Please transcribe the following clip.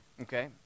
okay